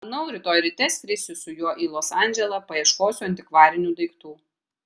manau rytoj ryte skrisiu su juo į los andželą paieškosiu antikvarinių daiktų